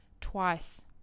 twice